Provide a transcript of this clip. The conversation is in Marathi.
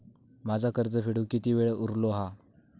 माझा कर्ज फेडुक किती वेळ उरलो हा?